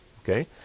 Okay